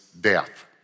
death